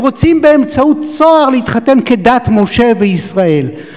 הם רוצים באמצעות "צהר" להתחתן כדת משה וישראל.